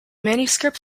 manuscript